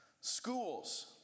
Schools